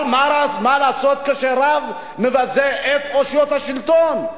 אבל מה לעשות כאשר רב מבזה את אושיות השלטון?